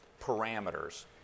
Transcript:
parameters